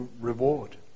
reward